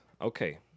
Okay